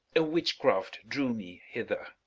a witchcraft drew me hither